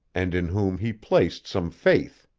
and in whom he placed some faith.